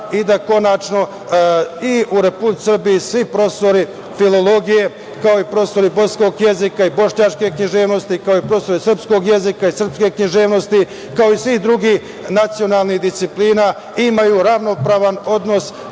i da konačno i u Republici Srbiji svi profesori filologije, kao i profesori bosanskog jezika i bošnjačke književnosti, kao i profesori srpskog jezika i srpske književnosti, kao i sve druge nacionalne discipline imaju ravnopravan odnos